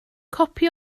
copi